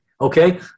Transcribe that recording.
okay